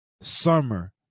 summer